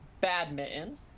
badminton